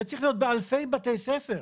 זה צריך להיות באלפי בתי ספר.